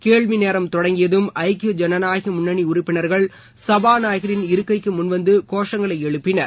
கேள்வி நேரம் தொடங்கியதும் ஐக்கிய ஐனநாயக முன்னணி உறுப்பினர்கள் சபாநாயகரின் இருக்கைக்கு முன் வந்து கோஷங்களை எழுப்பினர்